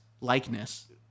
likeness